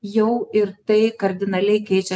jau ir tai kardinaliai keičia